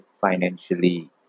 financially